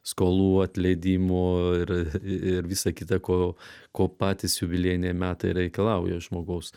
skolų atleidimu ir ir visa kita ko ko patys jubiliejiniai metai reikalauja iš žmogaus